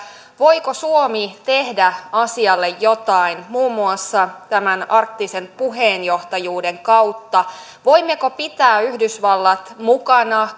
voiko suomi tehdä asialle jotain muun muassa tämän arktisen neuvoston puheenjohtajuuden kautta voimmeko pitää yhdysvallat mukana